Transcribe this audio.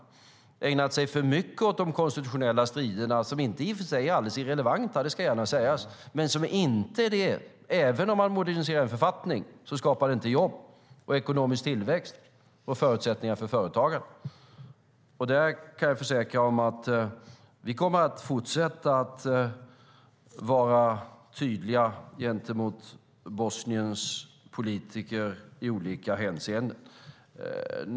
De har ägnat sig för mycket åt de konstitutionella striderna. Dessa är i och för sig inte alldeles irrelevanta; det ska gärna sägas. Men även om man moderniserar en författning skapar man inte jobb, ekonomisk tillväxt och förutsättningar för företagande. Jag kan försäkra att vi kommer att fortsätta att vara tydliga gentemot Bosniens politiker i olika hänseenden.